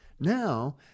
Now